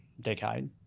decade